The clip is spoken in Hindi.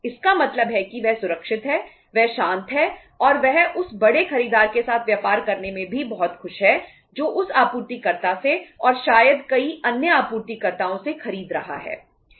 इसका मतलब है कि वह सुरक्षित है वह शांत है और वह उस बड़े खरीदार के साथ व्यापार करने में भी बहुत खुश है जो उस आपूर्तिकर्ता से और शायद कई अन्य आपूर्तिकर्ताओं से खरीद रहा है